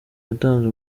yatanze